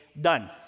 done